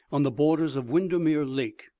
on the borders of windermere lake.